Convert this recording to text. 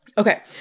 Okay